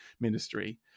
ministry